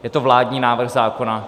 Je to vládní návrh zákona.